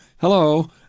hello